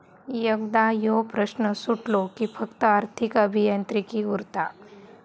एकदा ह्यो प्रश्न सुटलो कि फक्त आर्थिक अभियांत्रिकी उरता